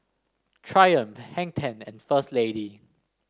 Triumph Hang Ten and First Lady